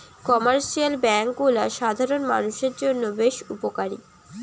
commercial bank গুলা সাধারণ মানুষের জন্য বেশ উপকারী